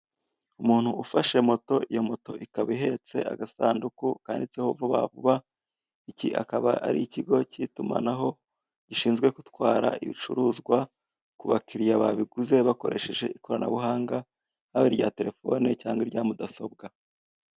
Umuntu ufashe moto iyo moto ikaba ihetse agasanduku kanditseho vuba vuba, iki akaba ari ikigo cy'itumanaho gishinzwe gutwara ibicuruzwa ku bakiriya babiguze bakoresheje ikoranabuhanga haba irya telefone cyangwa irya mudasobwa.